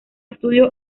estudio